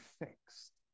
fixed